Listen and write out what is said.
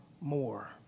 more